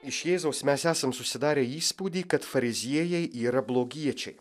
iš jėzaus mes esam susidarę įspūdį kad fariziejai yra blogiečiai